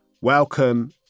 Welcome